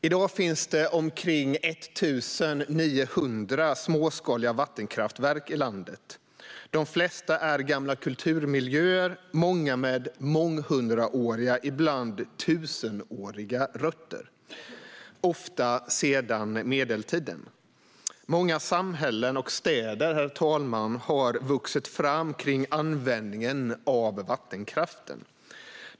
I dag finns det omkring 1 900 småskaliga vattenkraftverk i landet. De flesta är gamla kulturmiljöer, många med månghundraåriga - ibland tusenåriga - rötter, ofta från medeltiden. Många samhällen och städer har vuxit fram kring användningen av vattenkraft.